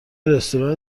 رستوران